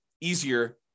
easier